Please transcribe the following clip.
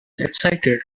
excited